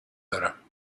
دارم